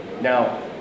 Now